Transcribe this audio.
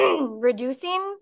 reducing